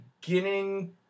beginning